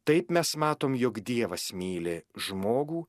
taip mes matom jog dievas myli žmogų